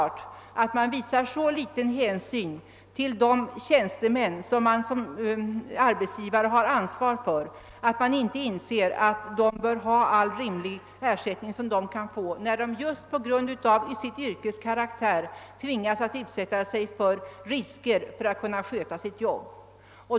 för att man visar så liten hänsyn till de tjänstemän, vilka man som arbetsgivare har ansvar för, att man inte anser att de bör ha all rimlig ersättning när de just på grund av sitt yrkes karaktär tvingas att utsätta sig för risker för att kunna sköta sitt jobb.